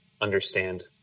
understand